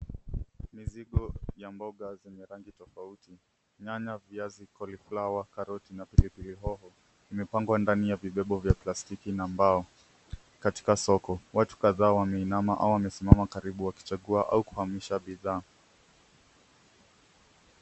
Mizigo ya mboga zenye rangi tofauti: nyanya, viazi, cauliflower, carrot na pilipili hoho, imepangwa ndani ya vibebo vya plastiki na mbao. Katika soko, watu kadhaa wameinama au wamesimama karibu wakichagua au kuhamisha bidhaa.